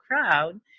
crowd